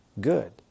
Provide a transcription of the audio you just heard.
good